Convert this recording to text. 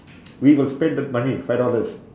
we will spend the money five dollars